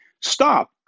Stop